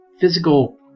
physical